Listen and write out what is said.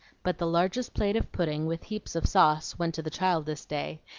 but the largest plate of pudding, with heaps of sauce, went to the child this day,